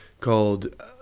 called